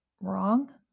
wrong